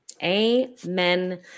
Amen